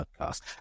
podcast